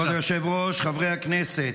כבוד היושב-ראש, חברי הכנסת,